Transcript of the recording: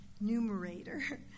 numerator